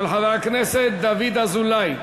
של חבר הכנסת דוד אזולאי.